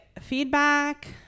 feedback